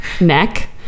neck